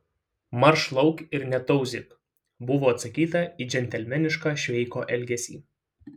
marš lauk ir netauzyk buvo atsakyta į džentelmenišką šveiko elgesį